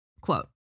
Quote